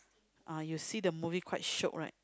ah you see the movie quite shiok right